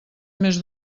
més